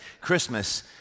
Christmas